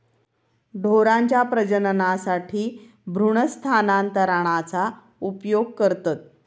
ढोरांच्या प्रजननासाठी भ्रूण स्थानांतरणाचा उपयोग करतत